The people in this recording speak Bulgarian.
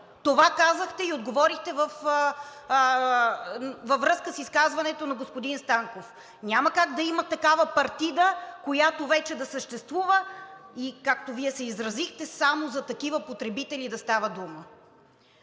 Това казахте и отговорихте във връзка с изказването на господин Станков. Няма как да има такава партида, която вече да съществува и както Вие се изразихте, само за такива потребители да става дума.